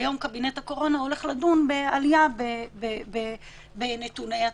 היום קבינט הקורונה הולך לדון בעלייה בנתוני התחלואה.